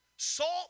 salt